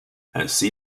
ainsi